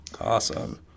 Awesome